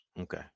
Okay